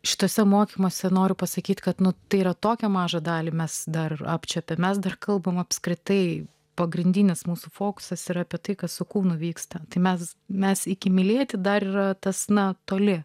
šituose mokymuose noriu pasakyti kad tai yra tokią mažą dalį mes dar apčiuopė mes dar kalbame apskritai pagrindinis mūsų fokusas yra apie tai kas su kūnu vyksta tai mes mes iki mylėti dar yra tas na toli